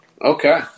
okay